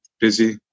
busy